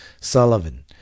Sullivan